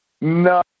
no